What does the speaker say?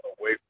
away